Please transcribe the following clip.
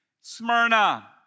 Smyrna